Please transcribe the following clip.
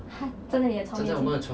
!huh! 站在你的床前面